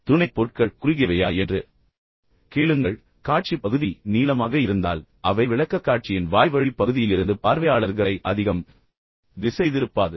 துணைப் பொருட்கள் குறுகியவையா என்ற கேள்வியைக் கேளுங்கள் எனவே காட்சி பகுதி நீளமாக இருந்தால் அவை விளக்கக்காட்சியின் வாய்வழி பகுதியிலிருந்து பார்வையாளர்களை அதிகம் திசைதிருப்பாது